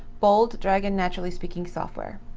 bold dragon naturally speaking software.